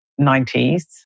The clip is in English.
90s